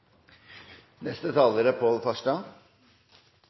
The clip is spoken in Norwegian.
Neste taler er